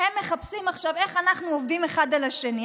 הם מחפשים עכשיו איך אנחנו עובדים אחד על השני.